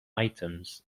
items